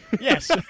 Yes